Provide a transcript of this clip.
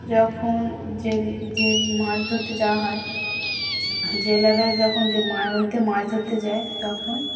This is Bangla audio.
যখন জেল জ মাছ ধরতে যাওয়া হয় জেলেরা যখন যে মা নদীতে মাছ ধরতে যায় তখন